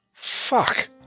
Fuck